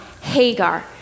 Hagar